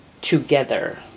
together